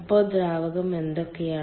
അപ്പോൾ ദ്രാവകങ്ങൾ എന്തൊക്കെയാണ്